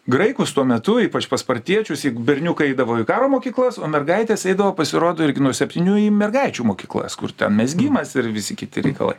graikus tuo metu ypač pas spartiečius juk berniukai eidavo į karo mokyklas o mergaitės eidavo pasirodo irgi nuo septynių į mergaičių mokyklas kur ten mezgimas ir visi kiti reikalai